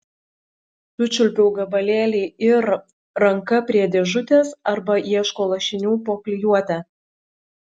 sučiulpiau gabalėlį ir ranka prie dėžutės arba ieško lašinių po klijuotę